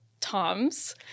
Tom's